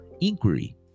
inquiry